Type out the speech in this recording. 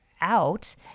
out